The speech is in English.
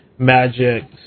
magic